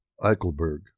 Eichelberg